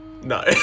No